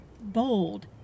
bold